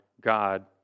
God